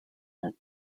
went